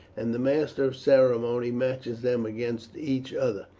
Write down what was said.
and the master of ceremonies matches them against each other.